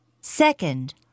Second